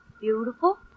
beautiful